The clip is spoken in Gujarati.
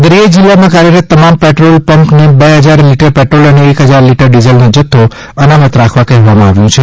દરિયાઇ જિલ્લામાં કાર્યરત તમામ પેટ્રોલપંપને બે ફજાર લીટર પેટ્રોલ અને એક હજાર લીટર ડિઝલનો જથ્થો અનામત રાખવા કહેવાયું છે